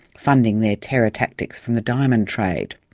funding their terror tactics from the diamond trade.